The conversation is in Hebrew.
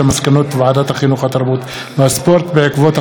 התרבות והספורט בעקבות דיון מהיר בהצעתם